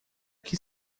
que